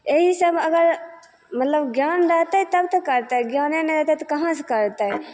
एहि सब अगर मतलब ज्ञान रहतै तब तऽ करतै ज्ञाने नहि हेतै तऽ कहाँ से करतै